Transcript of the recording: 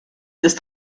ist